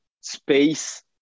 space